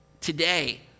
today